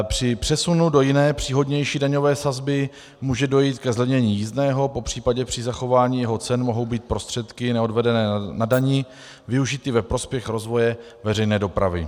Při přesunu do jiné, příhodnější daňové sazby může dojít ke zlevnění jízdného, popřípadě při zachování jeho cen mohou být prostředky neodvedené na daních využity ve prospěch rozvoje veřejné dopravy.